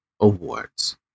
Awards